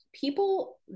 people